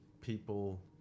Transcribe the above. people